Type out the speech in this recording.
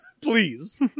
Please